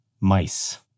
mice